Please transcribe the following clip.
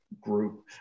group